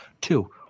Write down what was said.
Two